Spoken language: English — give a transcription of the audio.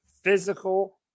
physical